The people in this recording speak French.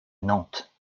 nantes